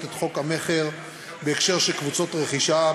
את חוק המכר בהקשר של קבוצות רכישה.